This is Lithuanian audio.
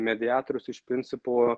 mediatorius iš principo